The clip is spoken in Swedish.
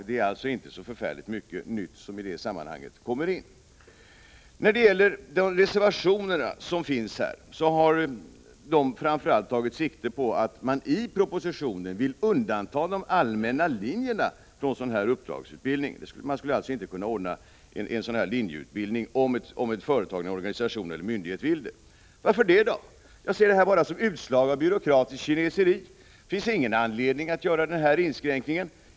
Det är alltså inte så förfärligt mycket nytt som kommer in i detta sammanhang. Reservationerna har framför allt tagit sikte på att man i propositionen vill undanta de allmänna linjerna från sådan här uppdragsutbildning. Man skulle alltså inte kunna ordna en sådan linjeutbildning om ett företag, en organisation eller en myndighet vill det. Varför inte det då? Jag ser detta bara som ett utslag av byråkratiskt kineseri. Det finns ingen anledning att göra denna inskränkning.